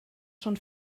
schon